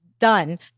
done